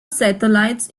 satellites